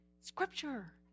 Scripture